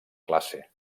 classe